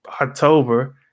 October